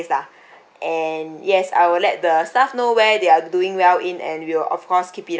and yes I will let the staff know where they are doing well in and we will of course keep it up